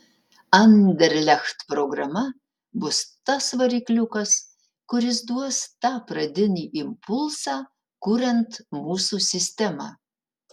anderlecht programa bus tas varikliukas kuris duos tą pradinį impulsą kuriant mūsų sistemą